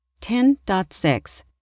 10.6